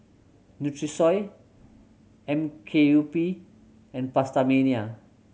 Nutrisoy M K U P and PastaMania